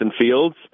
Fields